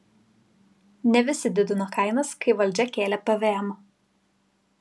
ne visi didino kainas kai valdžia kėlė pvm